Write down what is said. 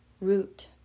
root